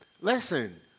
Listen